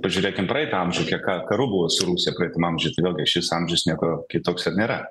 pažiūrėkim praeitą amžių kiek ka karų su rusija praeitam amžiuj tai vėl gi šis amžius nieko kitoks nėra